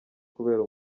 kubera